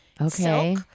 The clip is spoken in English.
Okay